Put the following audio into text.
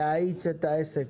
להאיץ את העסק.